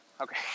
okay